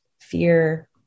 fear